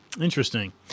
Interesting